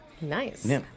nice